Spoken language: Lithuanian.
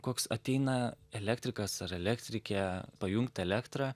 koks ateina elektrikas ar elektrikė pajungt elektrą